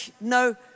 no